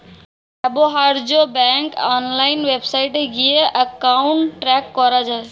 ব্যবহার্য bank online ওয়েবসাইটে গিয়ে অ্যাকাউন্ট ট্র্যাক করা যায়